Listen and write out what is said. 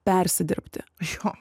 persidirbti jo